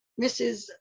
Mrs